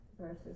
versus